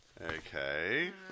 Okay